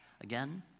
Again